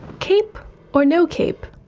cape or no cape?